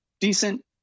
Decent